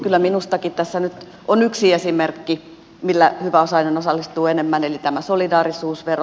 kyllä minustakin tässä nyt on yksi esimerkki millä hyväosainen osallistuu enemmän eli tämä solidaarisuusvero